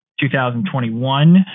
2021